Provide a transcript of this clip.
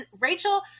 Rachel